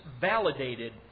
validated